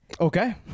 okay